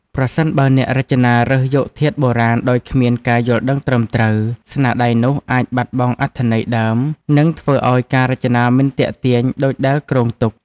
ប្រសិនបើអ្នករចនារើសយកធាតុបុរាណដោយគ្មានការយល់ដឹងត្រឹមត្រូវ ស្នាដៃនោះអាចបាត់បង់អត្ថន័យដើម និងធ្វើឲ្យការរចនាមិនទាក់ទាញដូចដែលគ្រោងទុក។